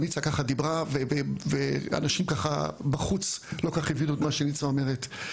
אבל ניצה ככה דיברה ואנשים ככה בחוץ לא כל כך הבינו את מה שניצה אומרת.